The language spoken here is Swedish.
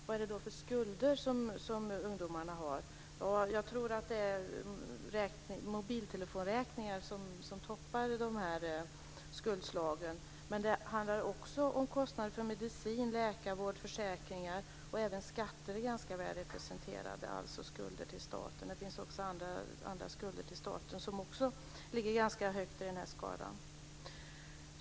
Vad är det då för skulder som ungdomarna har? Ja, jag tror att det är mobiltelefonräkningar som toppar skulderna. Men det handlar också om kostnader för medicin, läkarvård och försäkringar. Även skatter är ganska väl representerade, alltså skulder till staten. Det finns även andra skulder till staten som också ligger ganska högt på den här skalan.